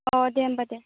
अ दे होमब्ला दे